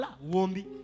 Wombi